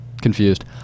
confused